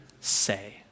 say